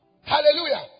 Hallelujah